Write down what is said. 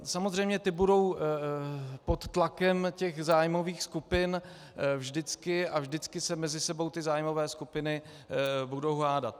Samozřejmě ty budou pod tlakem zájmových skupin vždycky a vždycky se mezi sebou ty zájmové skupiny budou hádat.